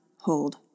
hold